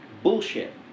Bullshit